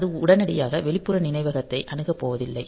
அது உடனடியாக வெளிப்புற நினைவகத்தை அணுகப் போவதில்லை